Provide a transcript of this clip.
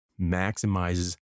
maximizes